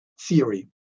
theory